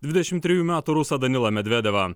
dvidešimt trijų metų rusą danilą medvedevą